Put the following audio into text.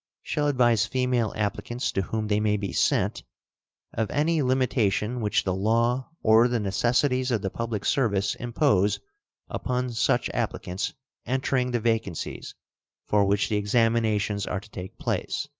shall advise female applicants to whom they may be sent of any limitation which the law or the necessities of the public service impose upon such applicants entering the vacancies for which the examinations are to take place.